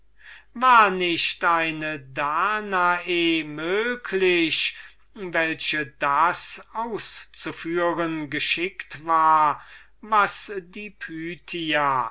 war nicht eine danae möglich welche das auszuführen geschickt war was die pythia